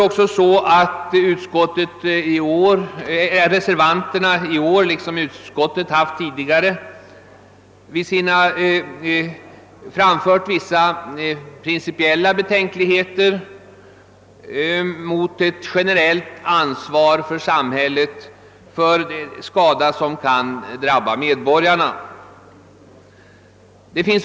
Reservanterna framför i år — liksom utskottet tidigare gjort — vissa principiella betänkligheter mot att införa ett generellt samhällsansvar för skada som kan drabba medborgare.